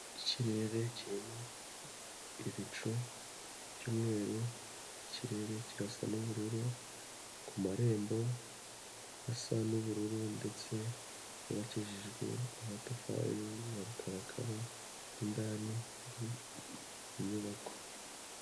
Ikirere kirimo ibicu by'umweru ikirere, ikirasa n'ubururu ku marembo asa n'ubururu ndetse n yubakishijwe amatafari ya rukarakara indani ndi inyubako.